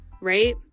right